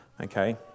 Okay